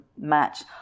match